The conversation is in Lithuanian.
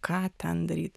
ką ten daryt